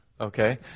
okay